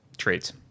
traits